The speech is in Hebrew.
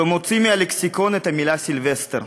הוא מוציא מהלקסיקון את המילה סילבסטר.